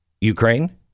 Ukraine